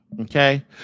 Okay